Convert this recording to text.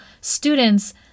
students